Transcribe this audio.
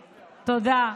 תודה.